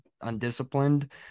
undisciplined